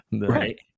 Right